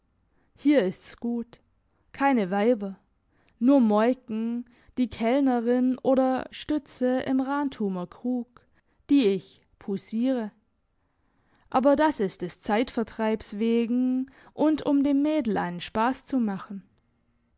hier ist's gut keine weiber nur moiken die kellnerin oder stütze im rantumer krug die ich poussiere aber das ist des zeitvertreibs wegen und um dem mädel einen spass zu machen